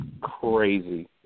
crazy